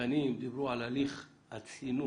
המשפטנים דיברו על תהליך צינון,